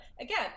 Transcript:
again